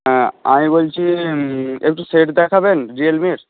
হ্যাঁ আমি বলছি একটু সেট দেখাবেন রিয়েলমির